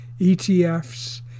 ETFs